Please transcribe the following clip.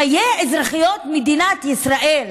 חיי אזרחיות מדינת ישראל